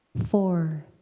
for